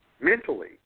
mentally